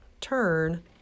turn